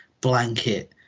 blanket